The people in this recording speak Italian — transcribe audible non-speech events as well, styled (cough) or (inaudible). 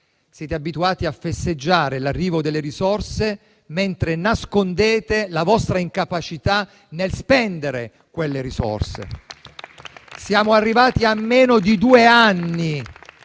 Siete abituati a festeggiare l'arrivo delle risorse, mentre nascondete la vostra incapacità nello spendere quelle risorse. (applause) Siamo arrivati a meno di due anni